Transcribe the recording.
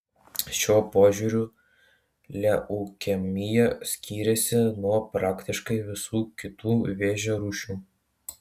šiuo požiūriu leukemija skyrėsi nuo praktiškai visų kitų vėžio rūšių